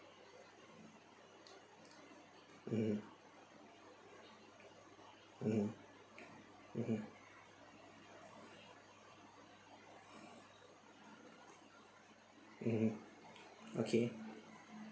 mm mm mmhmm mmhmm okay